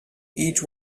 each